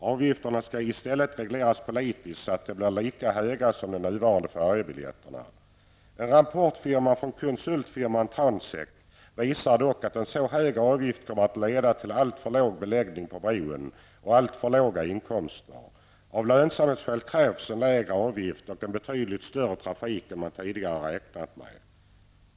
Avgifterna skall i stället regleras politiskt så att de blir lika höga som priset för de nuvarande färjebiljetterna. En nyutkommen rapport från konsultfirman Transek visar dock att en så hög avgift kommer att leda till alltför låg beläggning på bron och alltför låga inkomster. Av lönsamhetsskäl krävs en lägre avgift och en betydligt större trafik än man tidigare räknat med.